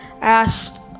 asked